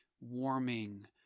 warming